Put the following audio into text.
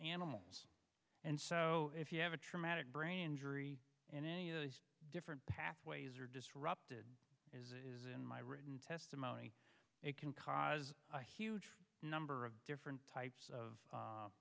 animals and so if you have a traumatic brain injury and any of those different pathways are disrupted as it is in my written testimony it can cause a huge number of different types of